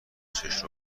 چشم